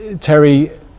Terry